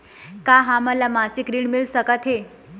का हमन ला मासिक ऋण मिल सकथे?